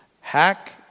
Hack